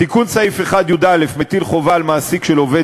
תיקון סעיף 1יא לחוק עובדים זרים מטיל חובה על מעסיק עובד